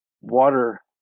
water